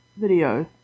video